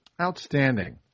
Outstanding